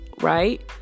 right